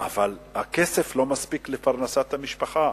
אבל הכסף לא מספיק לפרנסת המשפחה.